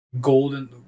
golden